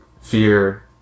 fear